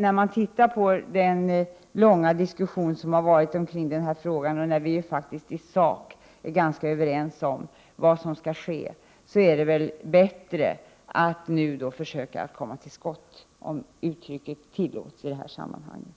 När man beaktar den långa diskussion som har varit omkring denna fråga och när vi faktiskt i sak är ganska överens om vad som skall ske, är det i stället bättre att försöka komma till skott, om uttrycket tillåts i det här sammanhanget.